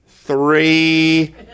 Three